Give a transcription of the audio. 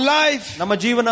life